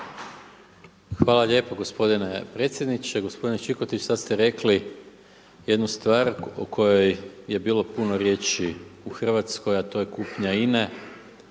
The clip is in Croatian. Hvala lijepo gospodine. Gospodine Čikotić sada ste rekli jednu stvar o kojoj je bilo puno riječi u Hrvatskoj, a to je kupnja INA-e.